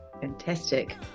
fantastic